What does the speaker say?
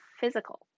physical